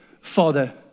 Father